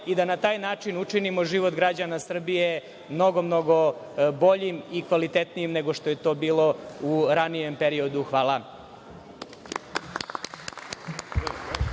i da na taj način učinimo život građana Srbije mnogo boljim i kvalitetnijim nego što je to bilo u ranijem periodu. Hvala.